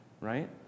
right